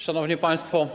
Szanowni Państwo!